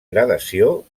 gradació